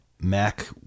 Mac